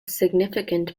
significant